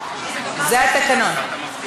זה התקנון.